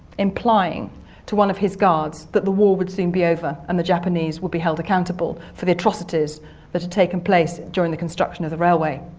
implying to one of his guards that the war would soon be over and the japanese would be held accountable for the atrocities that had taken place during the construction of the railway.